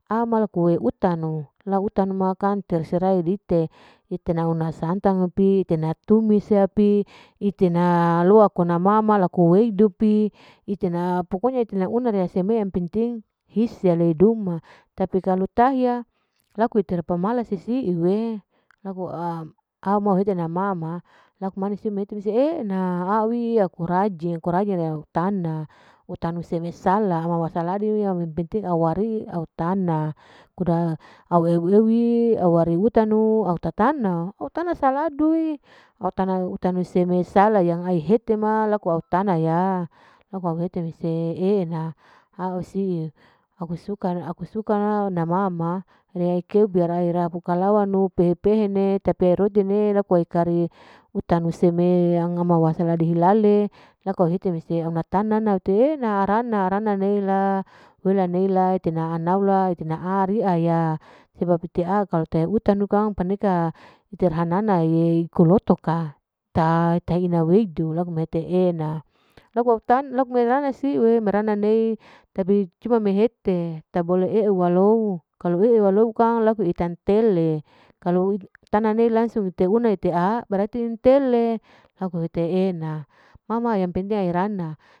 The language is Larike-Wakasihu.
A ma laku utanu, la utanu ma kang tersera idite, ite nauna santang pi, netatumisi na pi, itena loa aku mama laku weidu pi, itena pokonya itena una riya seme yang penting hise alai duma, tapi kalu tahiya laku ite pemalas sesiu'e laku am, amu hete nama ma, laku manis'e mehete e'ena. aui laku rajing riya utana, utanu seme sala wasaladi riya apenting awari au tana, uda au eu euwi au uwari utanu, au tatana, au tanasaladu'e, utanu semesala yang ai hete ma laku au tana yau, laku au hete mete e'ena, au siu suka aku suka na au na mama riya pukalawanu pehe pehene tapi arotine laku ai kari utanu seme yang ama wasaladi hilale laku au hete mese au na tanana miteena rana, rana neila itena la naula, etena ariya ya, sebeb ite au kalu utanu kang paneka iteraha nana'e koloto ka, taha teina weidu laku autan laku mai rana siu, merana mei tapi coba mehete tabole e'euwa lou, e'weuwalou kang laku intantele, kalu tana nei langsung ite una ite aha berarti intele, laku hete e'ena mama yang penting rana.